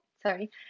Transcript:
sorry